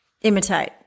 imitate